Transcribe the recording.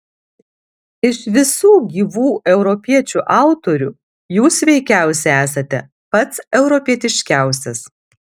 iš visų gyvų europiečių autorių jūs veikiausiai esate pats europietiškiausias